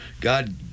god